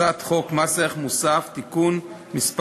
הצעת חוק מס ערך מוסף (תיקון מס'